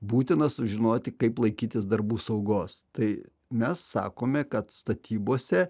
būtina sužinoti kaip laikytis darbų saugos tai mes sakome kad statybose